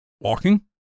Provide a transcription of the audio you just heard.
Walking